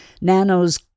nanos